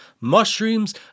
mushrooms